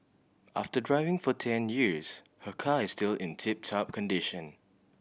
after driving for ten years her car is still in tip top condition